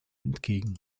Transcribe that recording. entgegen